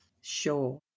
Sure